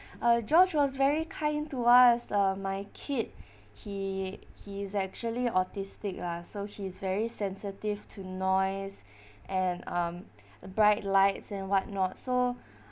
uh george was very kind to us uh my kid he he's actually autistic lah so he is very sensitive to noise and um the bright lights and what not so